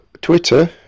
Twitter